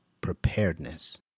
preparedness